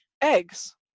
eggs